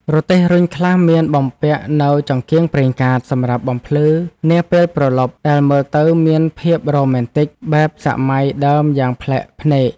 រទេះរុញខ្លះមានបំពាក់នូវចង្កៀងប្រេងកាតសម្រាប់បំភ្លឺនាពេលព្រលប់ដែលមើលទៅមានភាពរ៉ូមែនទិកបែបសម័យដើមយ៉ាងប្លែកភ្នែក។